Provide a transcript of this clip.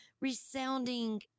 resounding